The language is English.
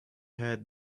heard